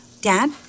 Dad